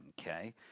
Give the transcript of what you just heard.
Okay